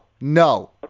no